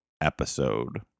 episode